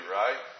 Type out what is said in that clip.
right